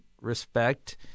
respect